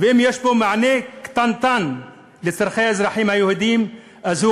ואם יש בו מענה קטנטן לצורכי האזרחים היהודים אז הוא